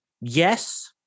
Yes